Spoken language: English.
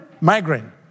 migraine